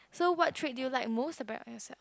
so what trait do you like most about yourself